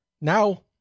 now